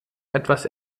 etwas